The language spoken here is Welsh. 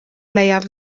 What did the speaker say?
leiaf